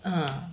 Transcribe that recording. mm